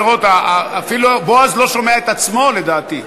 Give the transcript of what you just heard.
אפילו בועז לא שומע את עצמו, לדעתי.